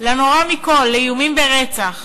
לנורא מכול, לאיומים ברצח.